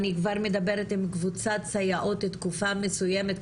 אני כבר מדברת עם קבוצת סייעות תקופה מסוימת,